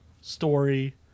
story